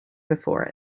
before